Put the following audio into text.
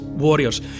warriors